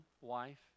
wife